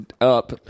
up